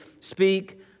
speak